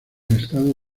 estado